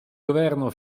governo